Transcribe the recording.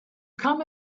come